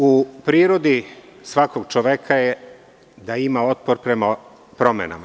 U prirodi svakog čoveka je da ima otpor prema promenama.